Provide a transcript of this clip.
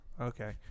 Okay